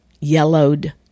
yellowed